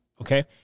Okay